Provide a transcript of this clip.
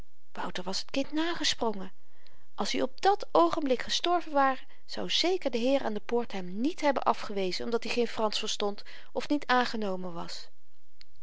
wouter was t kind nagesprongen als i op dàt oogenblik gestorven ware zou zeker de heer aan de poort hem niet hebben afgewezen